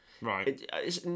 Right